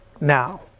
now